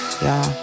Y'all